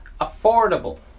affordable